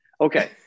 okay